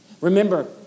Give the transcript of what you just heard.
Remember